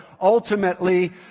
ultimately